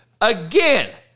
again